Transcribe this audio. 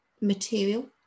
material